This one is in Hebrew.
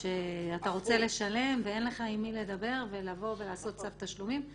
שאתה רוצה לשלם ואין לך עם מי לדבר ולעשות צו תשלומים,